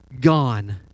gone